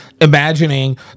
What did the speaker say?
imagining